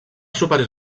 superior